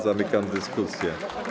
Zamykam dyskusję.